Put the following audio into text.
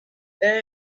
air